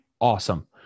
awesome